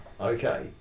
Okay